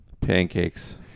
Pancakes